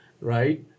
right